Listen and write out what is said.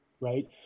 right